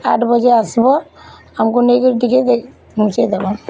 ଆଠ୍ ବଜେ ଆସିବ୍ ଆମ୍କୁ ନେଇ କରି ଟିକେ ଯାଇ ପହଞ୍ଚାଇ ଦେବ